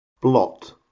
blot